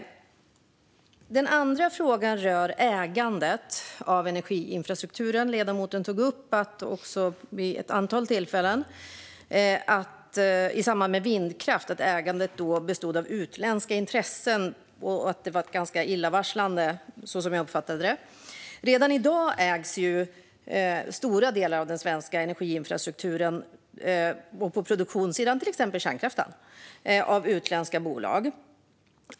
Den andra frågan rör ägandet av energiinfrastrukturen. I samband med vindkraft tog ledamoten vid ett antal tillfällen upp att ägandet bestod av utländska intressen och att det var ganska illavarslande, som jag uppfattade det. Redan i dag ägs ju stora delar av den svenska energiinfrastrukturen på produktionssidan, till exempel kärnkraften, av utländska bolag.